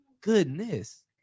Goodness